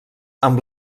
amb